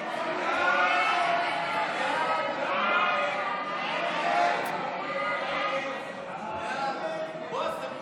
ההצעה להעביר לוועדה את הצעת חוק